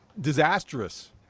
Disastrous